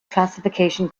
classification